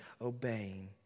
obeying